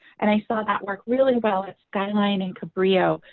and i saw that worked really well at skyline and cabrillo,